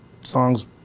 songs